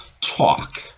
talk